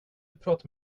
prata